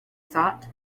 thought